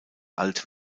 alt